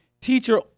Teacher